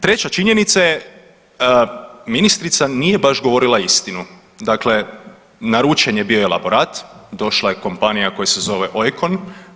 Treća činjenica je ministrica nije baš govorila istinu, dakle naručen je bio elaborat, došla je kompanija koja se zove OIKON.